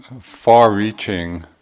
far-reaching